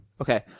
Okay